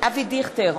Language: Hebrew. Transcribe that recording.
אבי דיכטר,